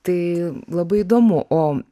tai labai įdomu o